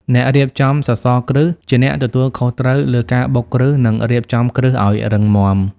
អ្នករៀបចំសសរគ្រឹះជាអ្នកទទួលខុសត្រូវលើការបុកគ្រឹះនិងរៀបចំគ្រឹះឱ្យរឹងមាំ។